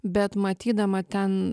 bet matydama ten